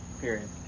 Period